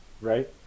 right